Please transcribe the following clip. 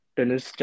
tennis